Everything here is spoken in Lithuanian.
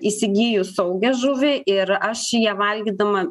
įsigyju saugią žuvį ir aš ją valgydama